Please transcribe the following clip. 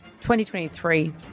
2023